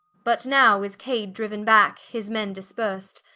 but now is cade driuen backe, his men dispierc'd,